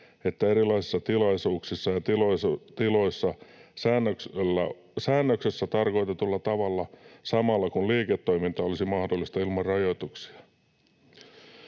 että erilaisissa tilaisuuksissa ja tiloissa säännöksessä tarkoitetulla tavalla samalla, kun liiketoiminta olisi mahdollista ilman rajoituksia.”